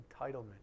Entitlement